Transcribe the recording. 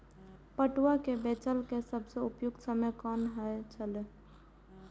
पटुआ केय बेचय केय सबसं उपयुक्त समय कोन होय छल?